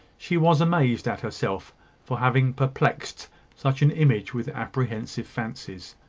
she was amazed at herself for having perplexed such an image with apprehensive fancies.